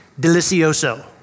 Delicioso